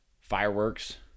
Fireworks